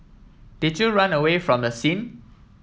did you run away from the scene